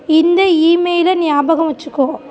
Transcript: இந்த ஈமெயிலை நியாபகம் வச்சிக்கோ